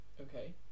Okay